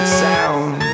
sound